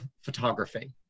photography